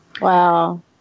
Wow